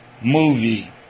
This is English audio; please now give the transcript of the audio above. movie